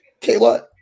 Kayla